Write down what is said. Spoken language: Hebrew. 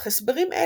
אך הסברים אלו